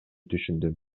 түшүндүм